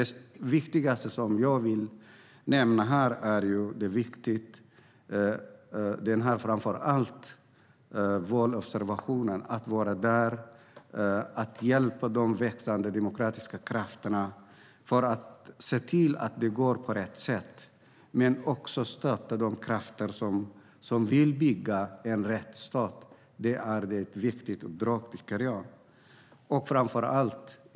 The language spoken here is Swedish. Det viktigaste som jag vill nämna är valobservationer - att vara där, att hjälpa de växande demokratiska krafterna, att se till att det går till på rätt sätt men också att stötta de krafter som vill bygga en rättsstat. Det är viktigt och bra, tycker jag.